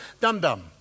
Dum-dum